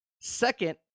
Second